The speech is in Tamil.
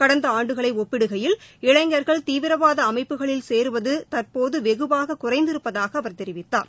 கடந்த ஆண்டுகளை ஒப்பிடுகையில் இளைஞர்கள் தீவிரவாத அமைப்புகளில் சேருவது தற்போது வெகுவாக குறைந்திருப்பதாக அவர் தெரிவித்தார்